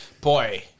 boy